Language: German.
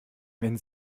wenn